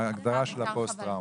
פוסט טראומה.